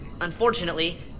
Unfortunately